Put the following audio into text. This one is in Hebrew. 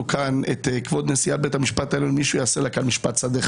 לכאן את כבוד נשיאת בית המשפט העליון מישהו יעשה לה כאן משפט שדה.